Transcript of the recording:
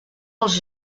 els